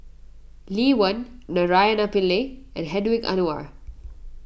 Lee Wen Naraina Pillai and Hedwig Anuar